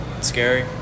Scary